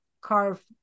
carve